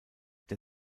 der